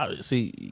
see